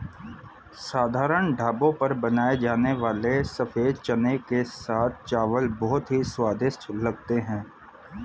साधारण ढाबों पर बनाए जाने वाले सफेद चने के साथ चावल बहुत ही स्वादिष्ट लगते हैं